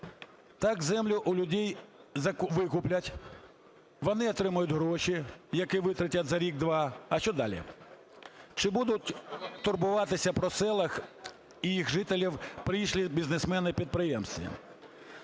Так, землю у людей викуплять, вони отримають гроші, які витратять за рік-два. А що далі? Чи будуть турбуватися про села та їхніх жителів пришлі бізнесмени і підприємці?